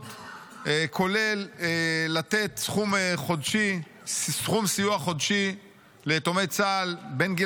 כולל לתת סכום סיוע חודשי ליתומי צה"ל בין גיל